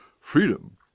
freedom